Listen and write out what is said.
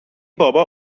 بابا